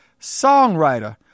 songwriter